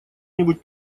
нибудь